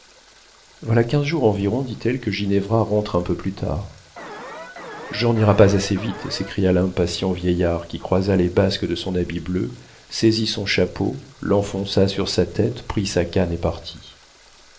voilà quinze jours environ dit-elle que ginevra rentre un peu plus tard jean n'ira pas assez vite s'écria l'impatient vieillard qui croisa les basques de son habit bleu saisit son chapeau l'enfonça sur sa tête prit sa canne et partit